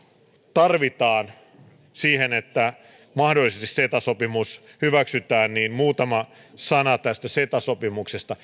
tarvitaan siihen että mahdollisesti ceta sopimus hyväksytään niin muutama sana tästä ceta sopimuksesta